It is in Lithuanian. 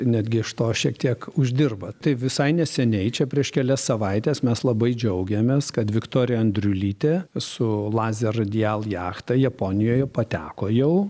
netgi iš to šiek tiek uždirba tai visai neseniai čia prieš kelias savaites mes labai džiaugiamės kad viktorija andriulytė su laser radial jachta japonijoje pateko jau